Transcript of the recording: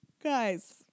guys